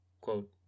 Quote